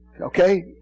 Okay